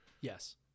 Yes